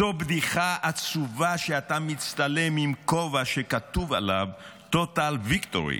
זו בדיחה עצובה שאתה מצטלם עם כובע שכתוב עליו Total Victory.